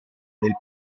del